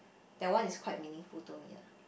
that one is quite meaningful to me lah